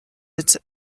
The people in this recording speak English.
its